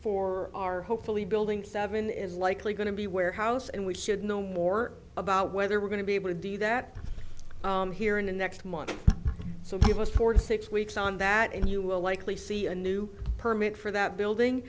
for our hopefully building seven is likely going to be warehouse and we should know more about whether we're going to be able to do that here in the next month or so give us forty six weeks on that and you will likely see a new permit for that building